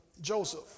Joseph